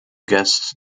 guests